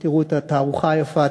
תראו את התערוכה היפה,